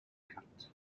cut